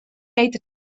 meter